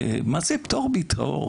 מה זה פטור מתור?